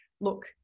look